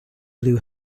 blue